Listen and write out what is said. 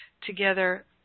together